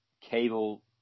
cable